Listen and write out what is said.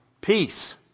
peace